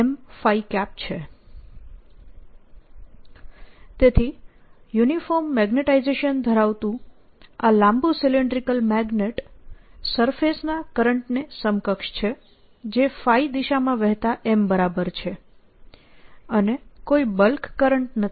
તેથી uniform magnetization ધરાવતું આ લાંબુ સીલીન્ડ્રીકલ મેગ્નેટ સરફેસના કરંટને સમકક્ષ છે જે દિશામાં વહેતા M બરાબર છે અને કોઈ બલ્ક કરંટ નથી